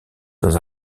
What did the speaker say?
dans